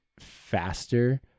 faster